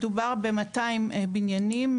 מדובר ב-200 בניינים,